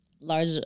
large